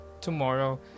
tomorrow